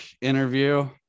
interview